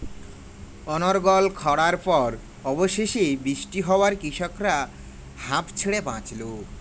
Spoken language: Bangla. অনর্গল খড়ার পর অবশেষে বৃষ্টি হওয়ায় কৃষকরা হাঁফ ছেড়ে বাঁচল